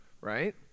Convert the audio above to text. right